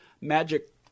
Magic